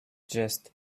just